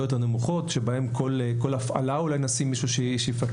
יותר נמוכות בהן כל הפעלה אולי נשים מישהו שיפקח.